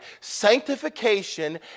sanctification